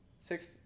Six